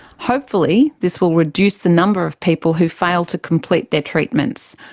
hopefully this will reduce the number of people who fail to complete their treatments,